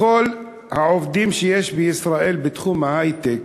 מכל העובדים שיש בישראל בתחום ההיי-טק,